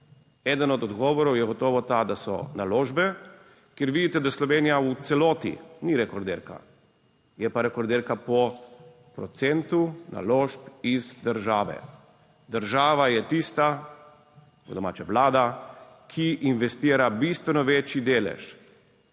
Eden od odgovorov je gotovo ta, da so naložbe, kjer vidite, da Slovenija v celoti ni rekorderka, je pa rekorderka po procentu naložb iz države. Država je tista, po domače Vlada, ki investira bistveno večji delež,